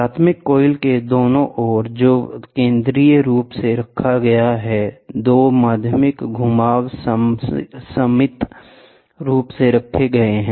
प्राथमिक कॉइल के दोनों ओर जो केंद्रीय रूप से रखा गया है दो माध्यमिक घुमाव सममित रूप से रखे गए हैं